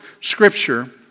scripture